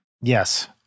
Yes